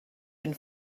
been